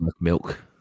milk